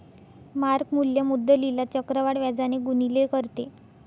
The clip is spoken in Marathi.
मार्क मूल्य मुद्दलीला चक्रवाढ व्याजाने गुणिले करते